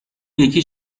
یکی